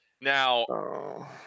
Now